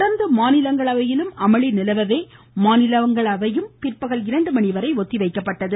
தொடர்ந்து மாநிலங்களவையிலும் அமளி நிலவவே அவை பிற்பகல் இரண்டுமணிவரை ஒத்திவைக்கப்பட்டது